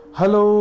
Hello